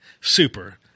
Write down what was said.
Super